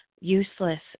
useless